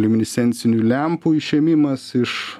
liuminescencinių lempų išėmimas iš